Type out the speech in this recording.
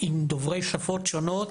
עם דוברי שפות שונות,